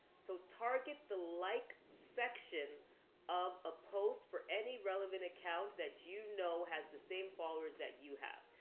so target the like section of a post for any relevant account that you know has the same followers that you have.